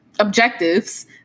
Objectives